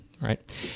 Right